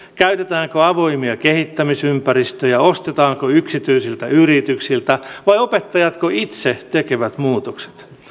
käytetäänkö avoimia kehittämisympäristöjä ostetaanko yksityisiltä yrityksiltä vai opettajatko itse tekevät muutokset